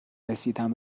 رسیدن